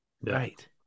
right